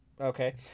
Okay